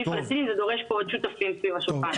זה דורש פה עוד תפקיד מסביב לשולחן.